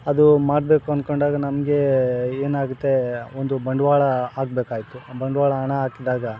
ಅದು ಮಾಡಬೇಕು ಅನ್ಕೊಂಡಾಗ ನಮಗೆ ಏನಾಗುತ್ತೆ ಒಂದು ಬಂಡವಾಳ ಹಾಕ್ಬೇಕಾಯ್ತು ಬಂಡವಾಳ ಹಣ ಹಾಕಿದಾಗ